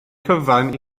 cyfan